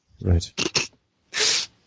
right